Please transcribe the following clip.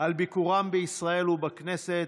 על ביקורם בישראל ובכנסת.